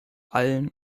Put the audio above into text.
allen